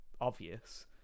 obvious